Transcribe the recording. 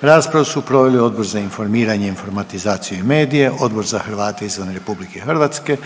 Raspravu su proveli Odbor za informiranje, informatizaciju i medije, Odbor za Hrvate izvan Republike Hrvatske,